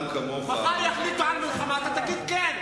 מחר יחליטו על מלחמה, אתה תגיד כן.